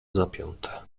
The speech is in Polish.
zapięte